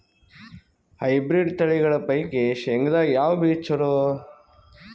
Hybrid ತಳಿಗಳ ಪೈಕಿ ಶೇಂಗದಾಗ ಯಾವ ಬೀಜ ಚಲೋ?